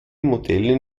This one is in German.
modelle